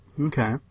Okay